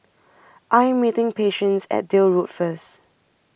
I'm meeting Patience At Deal Road First